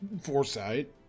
Foresight